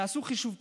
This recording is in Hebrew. תעשו חישוב פשוט: